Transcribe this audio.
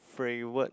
favorite